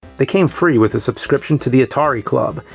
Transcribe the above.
they came free, with a subscription to the atari club.